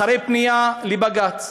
אחרי פנייה לבג"ץ,